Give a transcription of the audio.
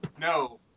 No